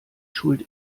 schuld